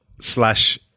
slash